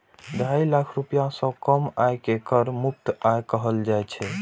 ढाई लाख रुपैया सं कम आय कें कर मुक्त आय कहल जाइ छै